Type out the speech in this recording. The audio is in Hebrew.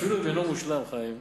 אפילו אם אינו מושלם, חיים,